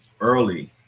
early